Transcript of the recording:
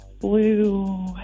blue